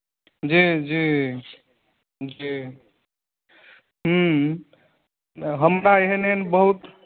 जी जी जी हँ हमरा एहन एहन बहुत